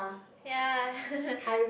ya